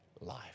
life